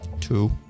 two